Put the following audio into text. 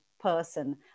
person